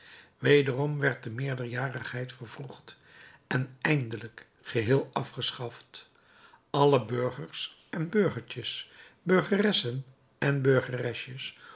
wederom werd de meerderjarigheid vervroegd en eindelijk geheel afgeschaft alle burgers en burgertjes burgeressen en